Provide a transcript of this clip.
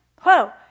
Whoa